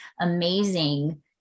amazing